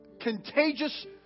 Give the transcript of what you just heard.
contagious